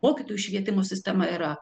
mokytojų švietimo sistema yra